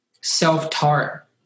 self-taught